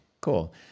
cool